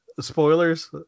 Spoilers